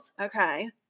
Okay